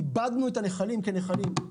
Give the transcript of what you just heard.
איבדנו את הנחלים כנחלים.